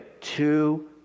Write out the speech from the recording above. two